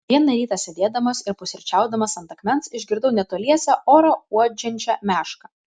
vieną rytą sėdėdamas ir pusryčiaudamas ant akmens išgirdau netoliese orą uodžiančią mešką